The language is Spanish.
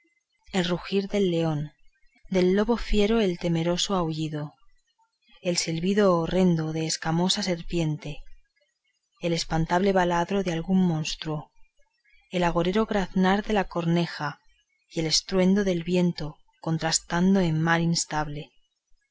el rugir del león del lobo fiero el temeroso aullido el silbo horrendo de escamosa serpiente el espantable baladro de algún monstruo el agorero graznar de la corneja y el estruendo del viento contrastado en mar instable